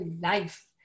life